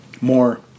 more